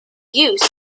use